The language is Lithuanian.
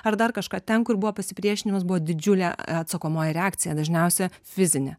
ar dar kažką ten kur buvo pasipriešinimas buvo didžiulė atsakomoji reakcija dažniausia fizinė